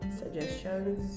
suggestions